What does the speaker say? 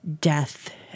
death